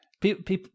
People